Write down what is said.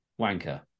wanker